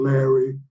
Larry